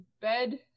bed